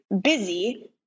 busy